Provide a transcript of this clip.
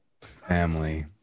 Family